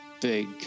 big